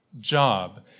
job